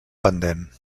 pendent